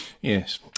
Yes